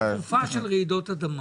חמד, זו תקופה של רעידות אדמה.